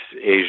Asia